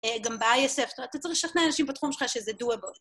גם ב-ISF. אתה צריך לשכנע אנשים בתחום שלך שזה do-able.